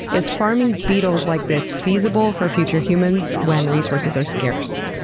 is farming beetles like this feasible for future humans when resources are scarce?